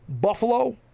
Buffalo